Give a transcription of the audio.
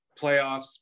playoffs